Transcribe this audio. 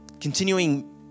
continuing